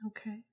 Okay